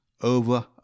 over